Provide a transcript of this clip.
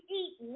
eat